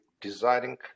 designing